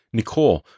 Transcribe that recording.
Nicole